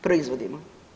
Proizvodimo.